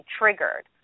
triggered